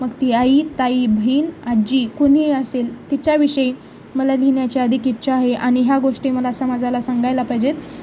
मग ती आई ताई बहीन आजी कोणीही असेल तिच्याविषयी मला लिहिण्याची अधिक इच्छा आहे आणि ह्या गोष्टी मला समाजाला सांगायला पाहिजेत